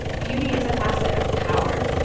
beauty is a facet of power.